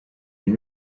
une